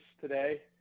today –